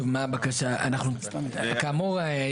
כאמור,